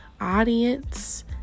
Audience